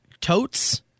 totes